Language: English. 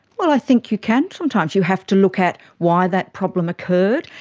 well, i think you can sometimes. you have to look at why that problem occurred.